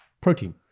protein